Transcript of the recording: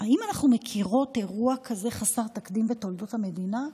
האם אנחנו מכירות אירוע כזה חסר תקדים בתולדות המדינה?